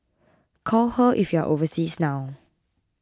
call her if you are overseas now